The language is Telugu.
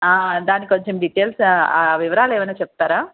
ఆ దాని కొంచెం డీటెయిల్స్ ఆ వివరాలు ఏమైనా చెప్తారా